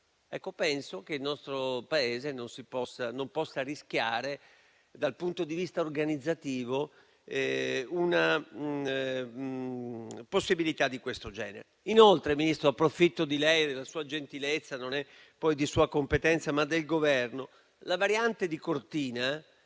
Penso che il nostro Paese non possa rischiare dal punto di vista organizzativo un'eventualità di questo genere. Inoltre, signor Ministro - approfitto della sua gentilezza, anche se non è di sua competenza, ma del Governo - la variante di Cortina